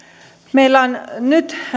meillä on nyt